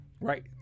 right